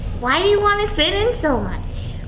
why do you wanna fit in so much?